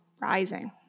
rising